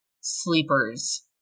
sleepers